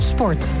Sport